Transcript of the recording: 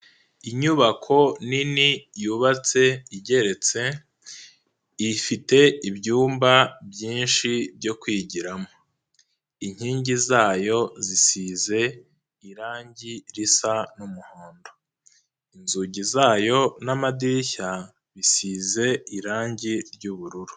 Inyubako nini yubatse igeretse, ifite ibyumba byinshi byo kwigiramo, inkingi zayo zisize irangi risa n'umuhondo, inzugi zayo n'amadirishya bisize irangi ry'ubururu.